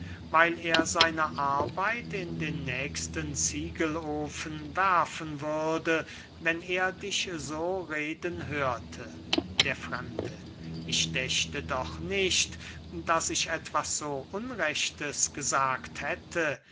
weil er seine arbeit in den nächsten ziegelofen werfen würde wenn er dich so reden hörte der fremde ich dächte doch nicht daß ich etwas so unrechtes gesagt hätte